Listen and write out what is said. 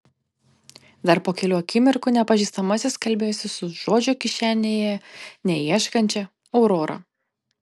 dar po kelių akimirkų nepažįstamasis kalbėjosi su žodžio kišenėje neieškančia aurora